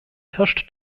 herrschte